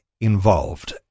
involved